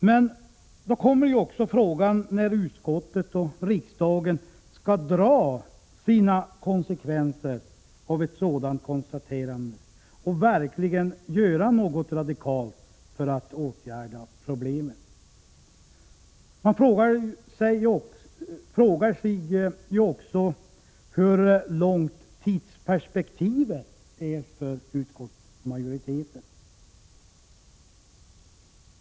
Man kan då fråga sig när utskottet och riksdagen skall dra konsekvenser av ett sådant konstaterande och verkligen göra någonting radikalt för att åtgärda problemet. Man kan också fråga sig hur långt tidsperspektivet är för utskottsmajoriteten.